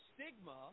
stigma